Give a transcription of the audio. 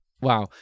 Wow